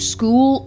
School